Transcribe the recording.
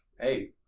hey